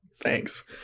thanks